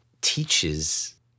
teaches